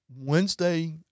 Wednesday